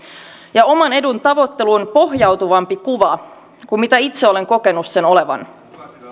ja oman edun tavoitteluun pohjautuvampi kuva kuin mitä itse olen kokenut sen olevan